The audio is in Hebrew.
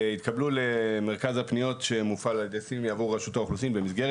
התקבלו למרכז הפניות שמופעל על ידי סימי עבור רשות האוכלוסין במסגרת